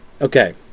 Okay